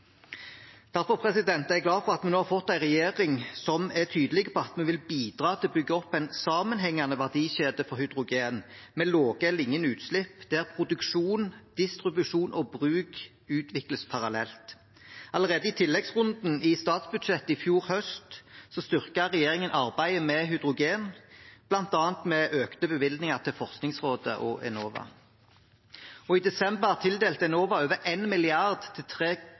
er jeg glad for at vi nå har fått en regjering som er tydelig på at vi vil bidra til å bygge opp en sammenhengende verdikjede for hydrogen med lave eller ingen utslipp, der produksjon, distribusjon og bruk utvikles parallelt. Allerede i tilleggsrunden i statsbudsjettet i fjor høst styrket regjeringen arbeidet med hydrogen, bl.a. med økte bevilgninger til Forskningsrådet og Enova. I desember tildelte Enova over 1 mrd. kr til tre